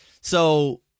So-